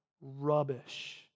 rubbish